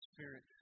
Spirit